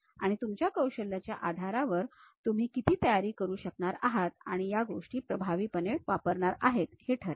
आणि तुमच्या कौशल्याच्या आधारावर तुम्ही किती तयारी करू शकणार आहात आणि या गोष्टी प्रभावीपणे वापरणार आहेत हे ठरेल